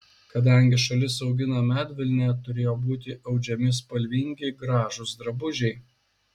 kadangi šalis augina medvilnę turėjo būti audžiami spalvingi gražūs drabužiai